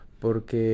porque